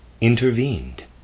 intervened